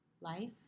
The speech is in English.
life